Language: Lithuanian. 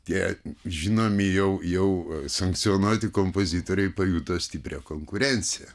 tie žinomi jau jau sankcionuoti kompozitoriai pajuto stiprią konkurenciją